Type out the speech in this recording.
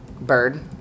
Bird